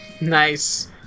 Nice